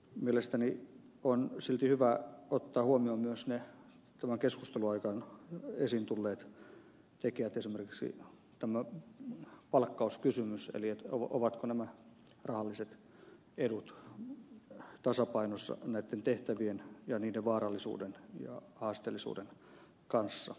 mielestäni on silti hyvä ottaa huomioon myös tämän keskustelun aikana esiin tulleet tekijät esimerkiksi tämä palkkauskysymys eli se ovatko nämä rahalliset edut tasapainossa näitten tehtävien ja niiden vaarallisuuden ja haasteellisuuden kanssa